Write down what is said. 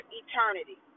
eternity